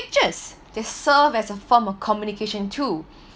pictures they serve as a form of communication too